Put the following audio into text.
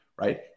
right